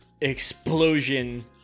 explosion